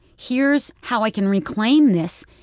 here's how i can reclaim this.